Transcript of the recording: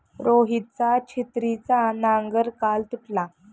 रोहितचा छिन्नीचा नांगर काल तुटला